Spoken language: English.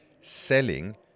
selling